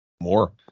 more